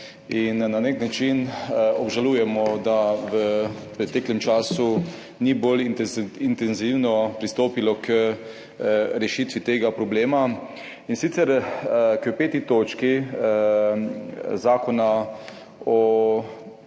Na nek način obžalujemo, da se v preteklem času ni bolj intenzivno pristopilo k rešitvi tega problema. K 5. točki Predloga zakona o